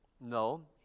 No